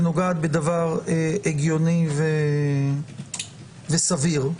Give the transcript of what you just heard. שנוגעת בדבר הגיוני וסביר,